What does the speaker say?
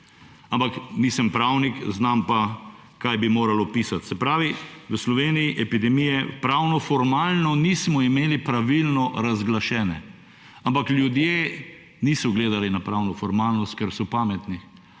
Ampak, nisem pravnik, znam pa, kaj bi moralo pisati. Se pravi, v Sloveniji epidemije pravnoformalno nismo imeli pravilo razglašene, ampak ljudje niso gledali na pravnoformalnost, ker so pametni,